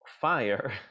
fire